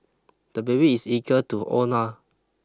the baby is eager to own a